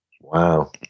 wow